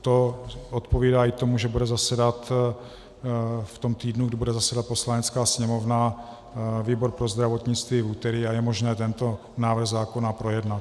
To odpovídá i tomu, že bude zasedat v tom týdnu, kdy bude zasedat Poslanecká sněmovna, výbor pro zdravotnictví v úterý a je možné tento návrh zákona projednat.